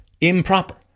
Improper